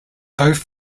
both